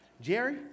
Jerry